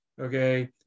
okay